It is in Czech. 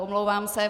Omlouvám se.